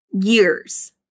years